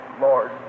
Lord